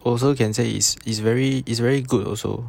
also can say is is very is very good also